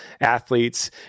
athletes